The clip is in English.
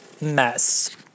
mess